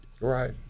Right